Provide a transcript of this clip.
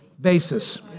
basis